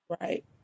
Right